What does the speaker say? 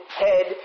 Head